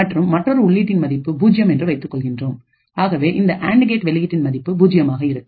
மற்றும் மற்றொரு உள்ளீட்டின் மதிப்பு பூஜ்ஜியம் என்று வைத்துக்கொள்வோம் ஆகவே இந்த அண்டு கேட் வெளியீட்டின் மதிப்பு பூஜ்ஜியமாக இருக்கும்